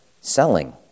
selling